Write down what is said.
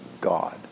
God